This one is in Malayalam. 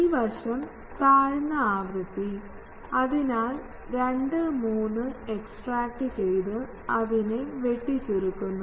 ഈ വശം താഴ്ന്ന ആവൃത്തി അതിനാൽ 2 3 എക്സ്ട്രാക്റ്റുചെയ്ത് അതിനെ വെട്ടിച്ചുരുക്കുക